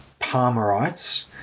Palmerites